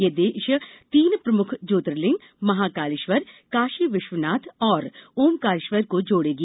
यह देश तीन प्रमुख ज्योतिर्लिंग महाकलेश्वर काशी विश्वनाथ और ओंकारेश्वर को जोड़ेगी